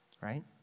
right